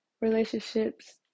relationships